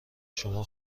شما